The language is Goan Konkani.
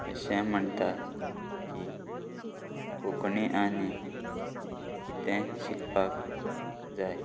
अशें म्हणटा की कोंकणी आनी कितें शिकपाक जाय